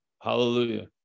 Hallelujah